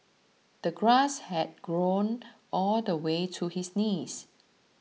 the grass had grown all the way to his knees